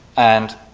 and